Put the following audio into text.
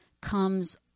comes